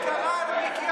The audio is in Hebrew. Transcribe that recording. מה קרה למיקי,